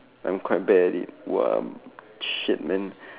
I'm quite bad at it !wah! shit man